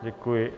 Děkuji.